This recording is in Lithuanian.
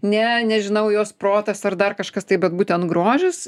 ne nežinau jos protas ar dar kažkas taip bet būtent grožis